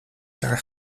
jaar